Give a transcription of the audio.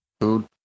Food